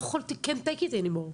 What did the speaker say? לא יכולתי לשאת את זה יותר.